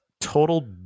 total